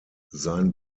sein